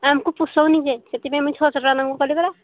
ଆମକୁ ପୋଷୋଉନି ଯେ ସେଥିପାଇଁ ଆମେ ଛଅଶହ ଟଙ୍କା ତମକୁ କଲି ପରା